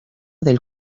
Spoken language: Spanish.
del